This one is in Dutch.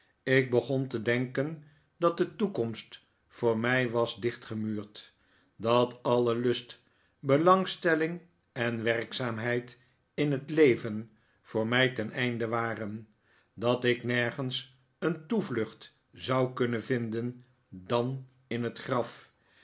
ik begon te denken dat de toekomst voor mij was dichtgemuurd dat alle lust belangstelling en werkzaamheid in het leven voor mij ten einde waren dat ik nergens een toevlucht zou kunnen vinden dan in het graf